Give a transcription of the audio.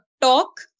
talk